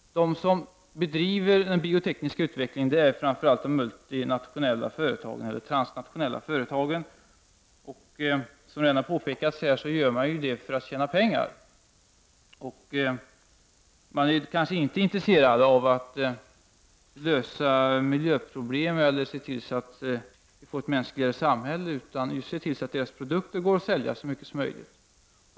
De som bedriver den biotekniska utvecklingen är framför allt de transnationella företagen. Som det redan har påpekats här gör man det för att tjäna pengar. Men man är inte intresserad av att lösa miljöproblemen eller att få ett mänskligare samhälle utan av att deras produkter går att sälja så mycket som möjligt.